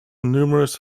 numerous